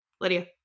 Lydia